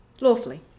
Lawfully